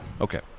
Okay